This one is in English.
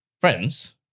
Friends